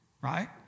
right